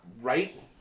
right